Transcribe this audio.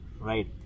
right